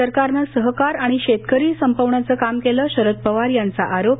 सरकारनं सहकार आणि शेतकरी संपवण्याचं काम केलं शरद पवार यांचा आरोप